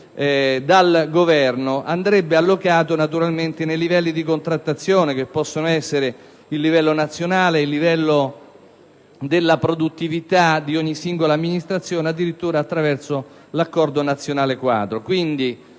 dal Governo, andrebbe allocato nei livelli di contrattazione, che possono essere il livello nazionale, il livello della produttività di ogni singola amministrazione, addirittura attraverso l'accordo nazionale quadro.